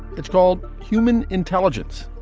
it's called human intelligence.